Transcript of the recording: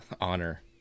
honor